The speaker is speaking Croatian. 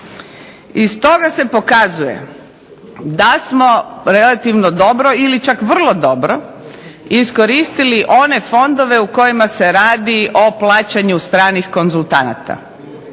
Iz toga se pokazuje da smo relativno dobro ili čak vrlo dobro iskoristili one fondove u kojima se radi o plaćanju stranih konzultanata.